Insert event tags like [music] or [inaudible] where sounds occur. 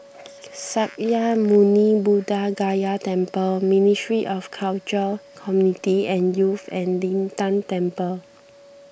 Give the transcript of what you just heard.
[noise] Sakya Muni Buddha Gaya Temple Ministry of Culture Community and Youth and Lin Tan Temple